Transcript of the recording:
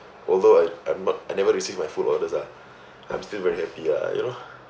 although I I'm not I never received my food orders ah I'm still very happy lah you know